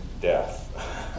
death